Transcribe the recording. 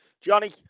Johnny